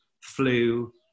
flu